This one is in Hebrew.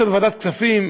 יושב בוועדת הכספים,